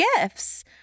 gifts